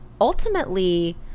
ultimately